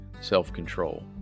self-control